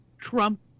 Trump